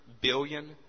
billion